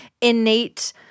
innate